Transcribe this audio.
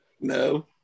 No